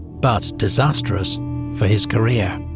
but disastrous for his career.